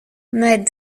ned